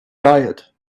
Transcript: diet